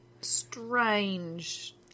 strange